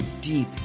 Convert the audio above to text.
deep